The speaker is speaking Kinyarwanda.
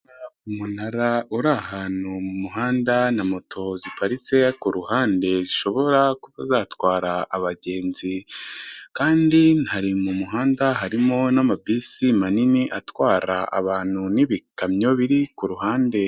Umunara uri ahantu mu muhanda na moto ziparitse ku ruhande zishobora kuba zatwara abagenzi kandi hari mu muhanda harimo n'amabisi manini atwara abantu n'ibikamyo biri ku ruhande.